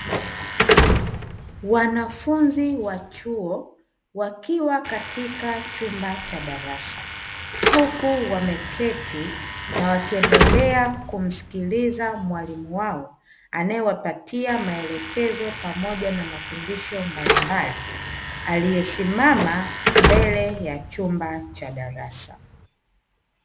Wanafunzi wa chuo wakiwa katika chumba cha darasa, huku wameketi na wakiendelea kumsikiliza mwalimu wao anayewapatia maelekezo pamoja na mafundisho mbalimbali, aliyesimama mbele ya chumba cha darasa.